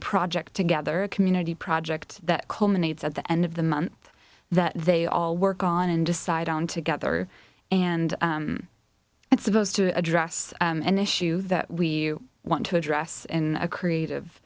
project together a community project that culminates at the end of the month that they all work on and decide on together and it's supposed to address an issue that we want to address in a creative